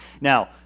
Now